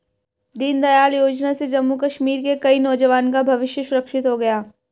दीनदयाल योजना से जम्मू कश्मीर के कई नौजवान का भविष्य सुरक्षित हो गया